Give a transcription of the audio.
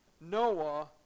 Noah